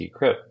Decrypt